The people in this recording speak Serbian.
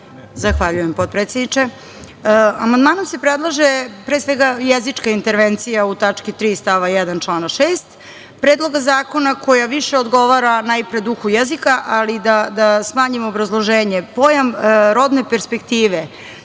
Zahvaljujem, potpredsedniče. Amandmanom se predlaže, pre svega, jezička intervencija u tački 3. stav 1. člana 6. Predloga zakona, koja više odgovara najpre duhu jezika, ali da smanjim obrazloženje. Pojam rodne perspektive